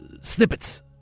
snippets